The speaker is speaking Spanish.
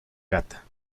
gata